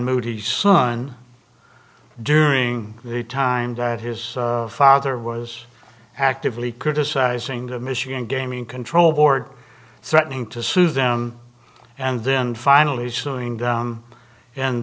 moody son during the time that his father was actively criticizing the michigan gaming control board threatening to sue them and then finally slowing down and